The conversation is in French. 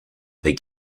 avait